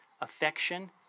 affection